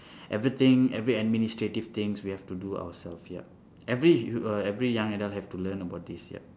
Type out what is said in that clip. everything every administrative things we have to do ourselves ya every you uh every young adult have to learn about this yup